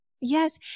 yes